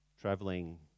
traveling